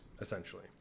essentially